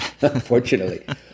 unfortunately